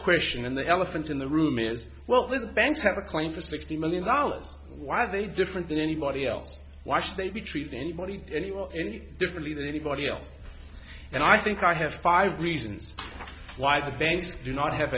question and the elephant in the room is well with the banks have a claim for sixty million dollars why are they different than anybody else why should they be treated anybody anywhere any differently than anybody else and i think i have five reasons why the banks do not have